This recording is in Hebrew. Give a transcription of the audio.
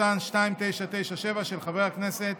של חבר הכנסת